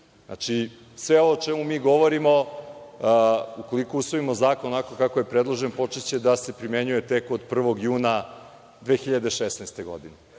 Znači, sve ovo o čemu mi govorimo, ukoliko usvojimo zakon onako kako je predložen, počeće da se primenjuje tek od 1. juna 2017. godine.